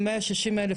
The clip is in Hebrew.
160,000,